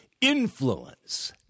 influence